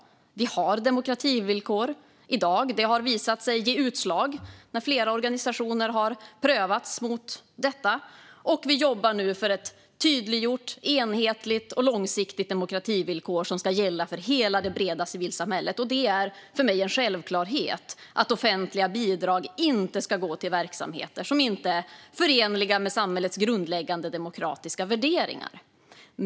Vi har demokrativillkor i dag. Det har visat sig ge utslag när flera organisationer har prövats mot detta. Och vi jobbar nu för ett tydliggjort, enhetligt och långsiktigt demokrativillkor som ska gälla för hela det breda civilsamhället. Det är för mig en självklarhet att offentliga bidrag inte ska gå till verksamheter som inte är förenliga med samhällets grundläggande demokratiska värderingar.